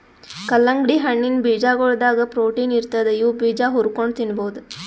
ಕಲ್ಲಂಗಡಿ ಹಣ್ಣಿನ್ ಬೀಜಾಗೋಳದಾಗ ಪ್ರೊಟೀನ್ ಇರ್ತದ್ ಇವ್ ಬೀಜಾ ಹುರ್ಕೊಂಡ್ ತಿನ್ಬಹುದ್